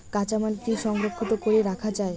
কাঁচামাল কি সংরক্ষিত করি রাখা যায়?